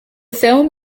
film